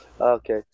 Okay